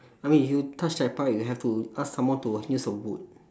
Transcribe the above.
I mean if you touch that part you have to ask someone to use a wood